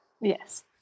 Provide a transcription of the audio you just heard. Yes